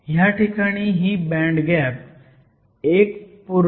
ह्या ठिकाणी ही बँड गॅप 1